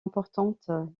importantes